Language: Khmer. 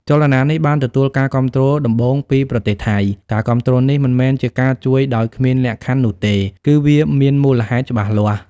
ចលនានេះបានទទួលការគាំទ្រដំបូងពីប្រទេសថៃ ការគាំទ្រនេះមិនមែនជាការជួយដោយគ្មានលក្ខខណ្ឌនោះទេ គឺវាមានមូលហេតុច្បាស់លាស់។